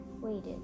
waited